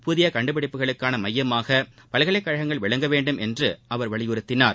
புதிய கண்டுபிடிப்புகளுக்கான மையமாக பல்கலைக்கழகங்கள் விளங்கவேண்டும் என்று அவர் வலியுறுத்தினார்